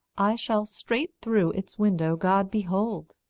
i shall straight through its window god behold.